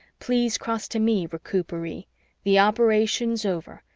please cross to me, recuperee the operation's over,